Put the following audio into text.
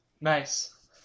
Nice